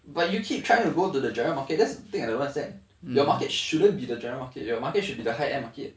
but you keep trying to go to the general market that's the thing I don't understand your market shouldn't be the general market your market should be the high end market